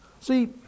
See